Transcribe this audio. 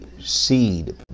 seed